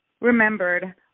remembered